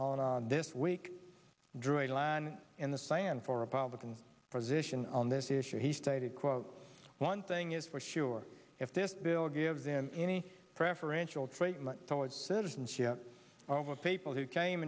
on this week drew a line in the sand for republican position on this issue he stated quote one thing is for sure if this bill gives in any preferential treatment towards citizenship well most people who came